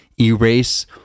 erase